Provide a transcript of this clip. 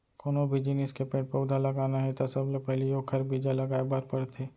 कोनो भी जिनिस के पेड़ पउधा लगाना हे त सबले पहिली ओखर बीजा लगाए बर परथे